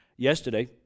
yesterday